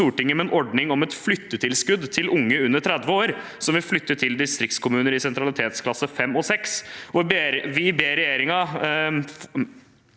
med en ordning om et flyttetilskudd til unge under 30 år som vil flytte til distriktskommuner i sentralitetsklasse 5 og 6. I et forslag ber vi regjeringen